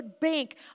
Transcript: bank